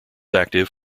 active